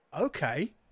okay